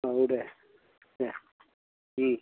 औ दे दे